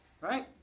right